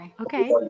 okay